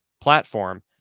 platform